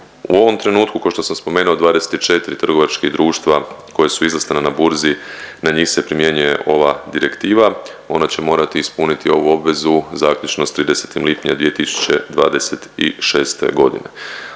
U ovom trenutku ko što sam spomenuo 24 trgovački društva koja su izlistana na burzi na njih se primjenjuje ova direktiva, ona će morati ispuniti ovu obvezu zaključno s 30. lipnja 2026.g..